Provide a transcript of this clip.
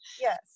Yes